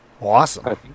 Awesome